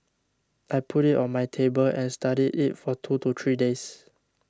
I put it on my table and studied it for two to three days